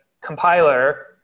compiler